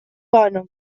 bona